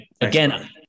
again